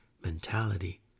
mentality